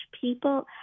people